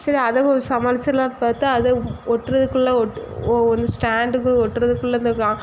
சரி அதை சமாளிச்சிட்லாம்ன்னு பார்த்தா அதை ஒட்றதுக்குள்ளே ஒட் ஒ ஒன்று ஸ்டாண்டுக்கு ஒட்றதுக்குள்ளே இந்த கா